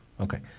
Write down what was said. okay